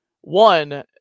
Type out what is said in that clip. one